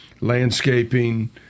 Landscaping